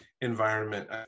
environment